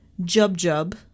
Jub-Jub